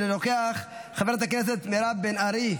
אינו נוכח; חברת הכנסת מירב בן ארי,